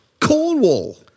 Cornwall